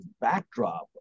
backdrop